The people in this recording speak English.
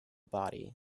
body